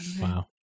Wow